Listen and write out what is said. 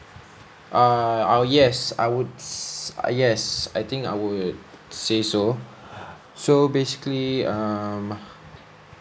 err uh yes I would s~ uh yes I think I would say so so basically um